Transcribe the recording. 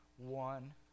one